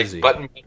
button